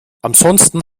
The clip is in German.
ansonsten